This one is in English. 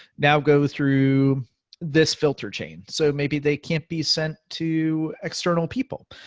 now go through this filter chain. so maybe they can be sent to external people.